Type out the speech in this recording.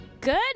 Good